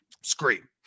scream